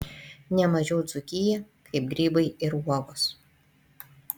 ne mažiau dzūkiją kaip grybai ir uogos